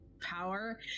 power